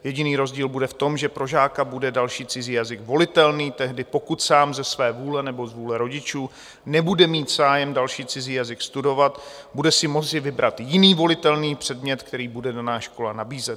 Jediný rozdíl bude v tom, že pro žáka bude další cizí jazyk volitelný tehdy, pokud sám ze své vůle nebo z vůle rodičů nebude mít zájem další cizí jazyk studovat, bude si moci vybrat jiný volitelný předmět, který bude daná škola nabízet.